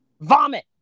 vomit